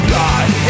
Blood